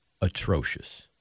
atrocious